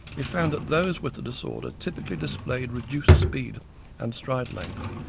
we found that those with the disorder typically displayed reduced speed and stride length,